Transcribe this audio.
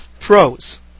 Pros